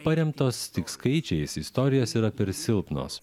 paremtos tik skaičiais istorijos yra per silpnos